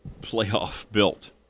playoff-built